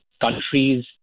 countries